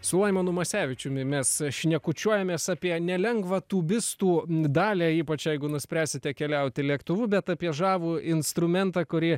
su laimonu masevičiumi mes šnekučiuojamės apie nelengvą tūbistų dalią ypač jeigu nuspręsite keliauti lėktuvu bet apie žavų instrumentą kurį